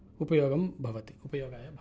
उपयोगं भवति उपयोगाय भवति